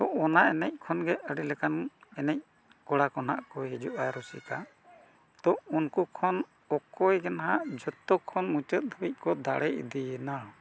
ᱛᱳ ᱚᱱᱟ ᱮᱱᱮᱡ ᱠᱷᱚᱱ ᱜᱮ ᱟᱹᱰᱤ ᱞᱮᱠᱟᱱ ᱮᱱᱮᱡ ᱠᱚᱲᱟ ᱠᱚ ᱱᱟᱦᱟᱜ ᱠᱚ ᱦᱤᱡᱩᱜᱼᱟ ᱨᱩᱥᱤᱠᱟ ᱛᱚ ᱩᱱᱠᱩ ᱠᱷᱚᱱ ᱚᱠᱚᱭ ᱜᱮ ᱱᱟᱦᱟᱜ ᱡᱚᱛᱚ ᱠᱷᱚᱱ ᱢᱩᱪᱟᱹᱫ ᱫᱷᱟᱹᱵᱤᱡ ᱠᱚ ᱫᱟᱲᱮ ᱤᱫᱤᱭᱮᱱᱟ